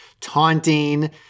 taunting